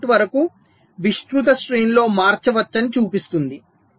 9 volt వరకు విస్తృత శ్రేణిలో మార్చవచ్చని చూపిస్తుంది